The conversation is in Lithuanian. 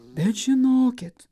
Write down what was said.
bet žinokit